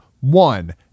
One